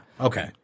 Okay